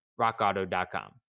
rockauto.com